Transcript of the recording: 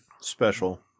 special